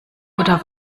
oder